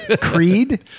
Creed